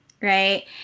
Right